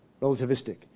Relativistic